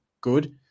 good